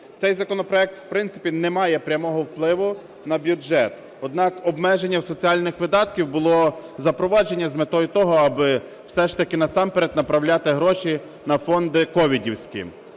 Цей законопроект, в принципі, не має прямого впливу на бюджет, однак обмеження соціальних видатків було запроваджено з метою того, аби все ж таки насамперед направляти гроші на фонди ковідівські.